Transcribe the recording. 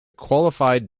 qualified